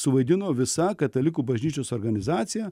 suvaidino visa katalikų bažnyčios organizacija